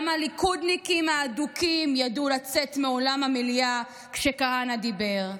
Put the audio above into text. גם הליכודניקים האדוקים ידעו לצאת מאולם המליאה כשכהנא דיבר,